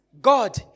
God